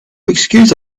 excuse